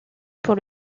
pour